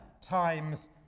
times